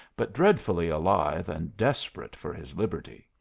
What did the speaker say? but dreadfully alive and desperate for his liberty.